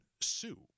sue